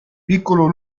piccolo